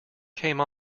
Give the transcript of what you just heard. came